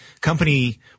company